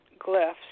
glyphs